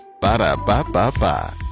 Ba-da-ba-ba-ba